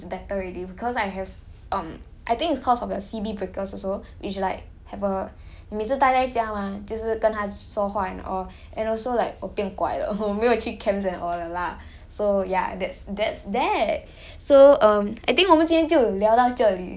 ya ya I I err uh me and her the relationship is better already because I have um I think it's cause of the C_B breaker also which like have a 每次呆在家 mah 就是跟她说话 and all and also like 我变乖了我没有去 camps and all lah so ya that's that's that